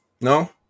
No